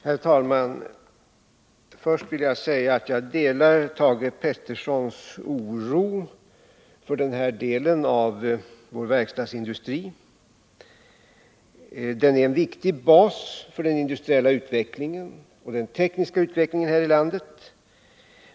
Herr talman! Först vill jag säga att jag delar Thage Petersons oro för den här delen av vår verkstadsindustri. Den är en viktig bas för den industriella och tekniska utvecklingen här i landet.